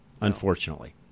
unfortunately